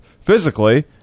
physically